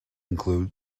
include